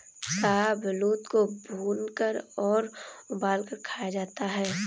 शाहबलूत को भूनकर और उबालकर खाया जाता है